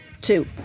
two